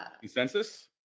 consensus